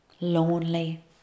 lonely